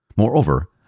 Moreover